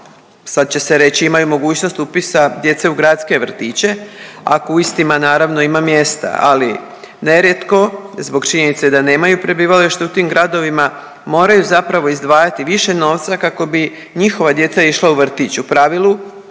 sad će se reći imaju mogućnost upisa djece u gradske vrtiće, ako u istima, naravno ima mjesta, ali nerijetko zbog činjenice da nemaju prebivalište u tim gradovima, moraju zapravo izdvajati više novca kako bi njihova djeca išla u vrtić, u pravilu